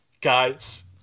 Guys